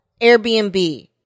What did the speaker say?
Airbnb